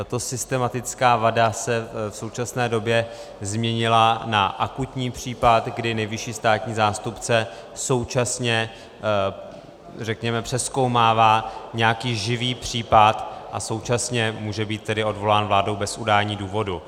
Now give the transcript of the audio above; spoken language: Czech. Tato systematická vada se v současné době změnila na akutní případ, kdy nejvyšší státní zástupce současně, řekněme, přezkoumává nějaký živý případ a současně může být tedy odvolán vládou bez udání důvodu.